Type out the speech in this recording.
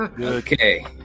Okay